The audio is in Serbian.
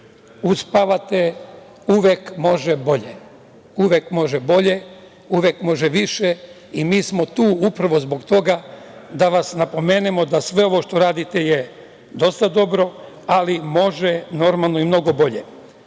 uspavate, uvek može bolje. Uvek može bolje, uvek može više i mi smo tu upravo zbog toga da vas napomenemo da sve ovo što radite je dosta dobro, ali može, normalno, i mnogo bolje. Kad